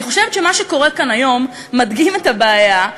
אני חושבת שמה שקורה כאן היום מדגים את הבעיה,